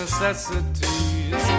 necessities